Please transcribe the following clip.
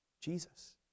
Jesus